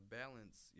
balance